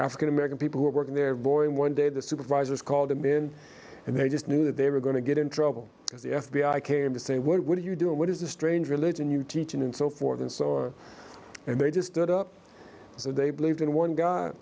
african american people who were working there boy and one day the supervisors called him in and they just knew that they were going to get in trouble because the f b i came to say what would you do and what is the strange religion you teach in and so forth and so on and they just stood up so they believed in one guy